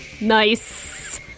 Nice